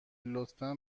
لطفا